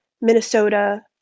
Minnesota